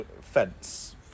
fence